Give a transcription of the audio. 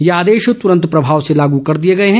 ये आदेश तुरंत प्रभाव से लागू कर दिए गए हैं